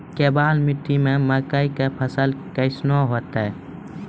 केवाल मिट्टी मे मकई के फ़सल कैसनौ होईतै?